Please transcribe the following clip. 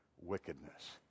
wickedness